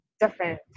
different